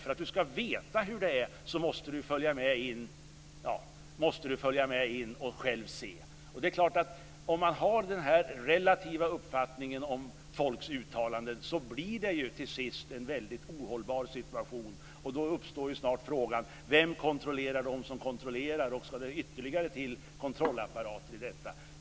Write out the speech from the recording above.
För att du ska veta hur det är måste du följa med in och själv se. Om man har den relativa uppfattningen om folks uttalanden blir det till sist en ohållbar situation. Då uppstår snart frågan: Vem kontrollerar dem som kontrollerar och ska det till ytterligare kontrollapparater i detta sammanhang?